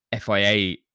FIA